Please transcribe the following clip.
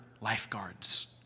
lifeguards